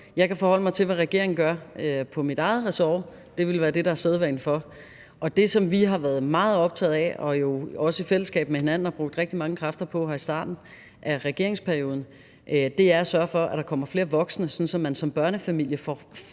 Jeg kan forholde mig til, hvad regeringen gør på mit eget ressort; det vil være det, der er sædvane for. Det, som vi i regeringen har været meget optaget af, og som vi jo også i fællesskab med hinanden har brugt rigtig mange kræfter på her i starten af regeringsperioden, er at sørge for, at der kommer flere voksne, sådan at man som børneforældre får